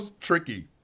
tricky